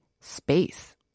space